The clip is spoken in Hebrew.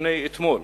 לפני אתמול,